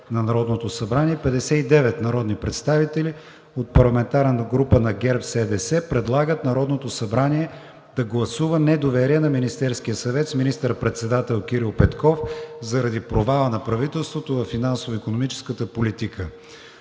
на Народното събрание 59 народни представители от парламентарната група на ГЕРБ-СДС предлагат Народното събрание да гласува недоверие на Министерския съвет с министър-председател Кирил Петков заради провала на правителството във финансово-икономическата политика.